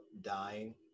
dying